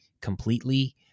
completely